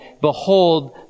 Behold